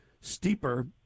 Steeper